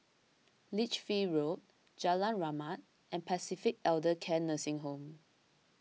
Lichfield Road Jalan Rahmat and Pacific Elder Care Nursing Home